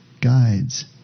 guides